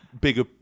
bigger